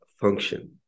function